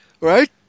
right